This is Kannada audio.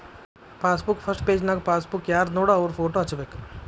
ಪಾಸಬುಕ್ ಫಸ್ಟ್ ಪೆಜನ್ಯಾಗ ಪಾಸಬುಕ್ ಯಾರ್ದನೋಡ ಅವ್ರ ಫೋಟೋ ಹಚ್ಬೇಕ್